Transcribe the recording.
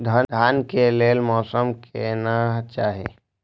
धान के लेल मौसम केहन चाहि?